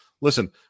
listen